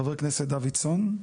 חבר הכנסת דוידסון,